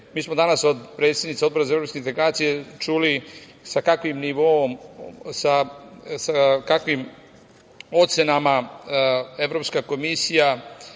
mi smo danas od predsednice Odbora za evropske integracije čuli sa kakvim nivoom, sa kakvim ocenama Evropska komisija